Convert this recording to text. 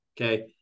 okay